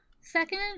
second